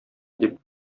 дип